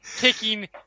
kicking